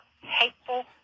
hateful